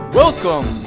welcome